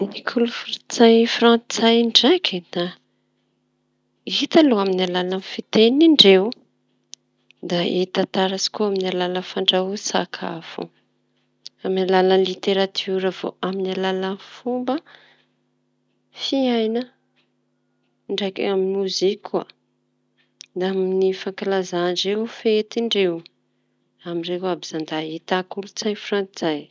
Ny kolon-tsaina fr- frantsay ndraiky da hita aloha amy alalan'ny fitenindreo da hita aloa amy fiteny ndreo, da hita taratsy koa amy alalan'ny fandrahoan-tsakafo, amy alala literatiora vao amy alala fomba fiaina, ami moziky koa amy fa, kalaza nireo fetindreo amy iireo àby izañy da ahita kolontsai frantsay.